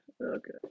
Okay